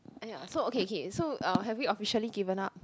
aiyah so okay kay so uh have we officially given up